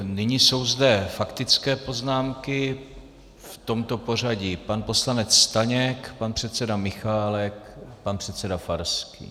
Nyní jsou zde faktické poznámky v tomto pořadí: pan poslanec Staněk, pan předseda Michálek, pan předseda Farský.